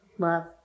Love